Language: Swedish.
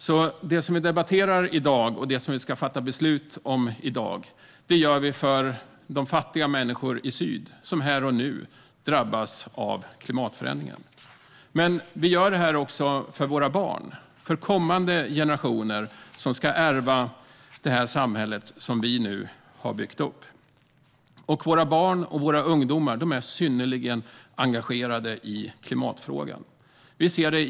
Det som vi i dag debatterar och ska fatta beslut om gör vi för de fattiga människorna i syd som här och nu drabbas av klimatförändringar. Vi gör det också för våra barn, för kommande generationer som ska ärva det samhälle som vi har byggt upp. Våra barn och ungdomar är synnerligen engagerade i klimatfrågan.